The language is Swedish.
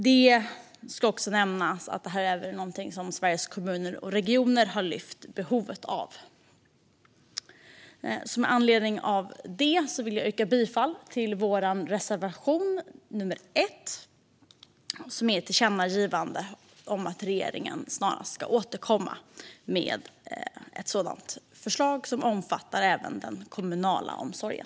Det ska också nämnas att även Sveriges Kommuner och Regioner har lyft upp behovet av detta. Med anledning av det vill jag yrka bifall till vår reservation om ett tillkännagivande om att regeringen snarast ska återkomma med ett förslag som omfattar även den kommunala omsorgen.